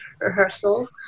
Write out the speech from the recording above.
rehearsal